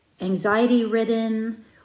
anxiety-ridden